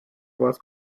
was